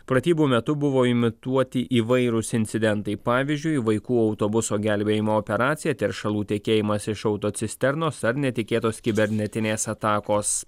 pratybų metu buvo imituoti įvairūs incidentai pavyzdžiui vaikų autobuso gelbėjimo operacija teršalų tekėjimas iš autocisternos ar netikėtos kibernetinės atakos